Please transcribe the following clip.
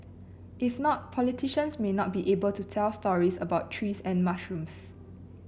if not politicians may not be able to tell stories about trees and mushrooms